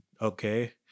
okay